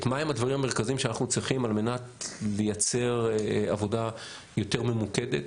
מהם הדברים המרכזיים שאנחנו צריכים על מנת לייצר עבודה יותר ממוקדת.